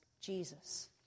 Jesus